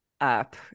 up